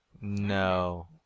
No